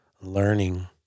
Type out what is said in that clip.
learning